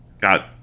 got